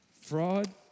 fraud